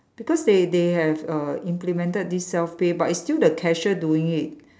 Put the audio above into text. because they they have err implemented this self pay but it's still the cashier doing it